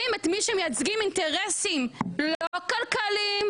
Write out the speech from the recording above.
את מי שמייצגים אינטרסים לא כלכליים,